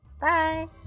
Bye